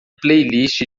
playlist